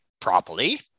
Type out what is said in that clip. properly